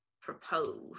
propose